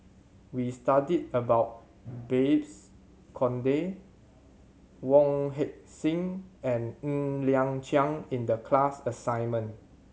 we studied about Babes Conde Wong Heck Sing and Ng Liang Chiang in the class assignment